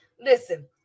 listen